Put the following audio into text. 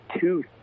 two